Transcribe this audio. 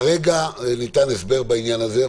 כרגע ניתן הסבר בעניין הזה.